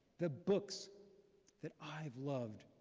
the books that i've loved.